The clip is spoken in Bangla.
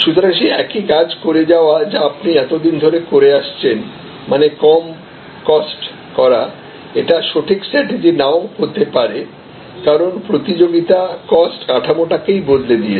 সুতরাংসেই একই কাজ করে যাওয়া যা আপনি এতদিন ধরে করে আসছেন মানে কস্ট কম করা এটা সঠিক স্ট্যাটেজি নাও হতে পারে কারণ প্রতিযোগিতা কস্ট কাঠামোটাকেই বদলে দিয়েছে